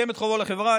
שילם את חובו לחברה.